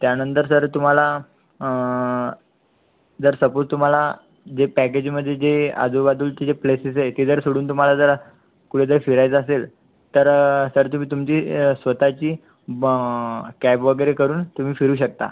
त्यानंतर सर तुम्हाला जर सपोज तुम्हाला जे पॅकेजमध्ये जे आजूबाजूचे जे प्लेसेस आहेत ते जर सोडून तुम्हाला जरा कुठे जर फिरायचं असेल तर सर तुम्ही तुमची स्वतःची ब कॅब वगैरे करून तुम्ही फिरू शकता